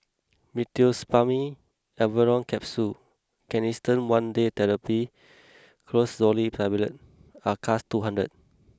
Meteospasmyl Alverine Capsules Canesten one Day Therapy Clotrimazole Tablet and Acardust two hundred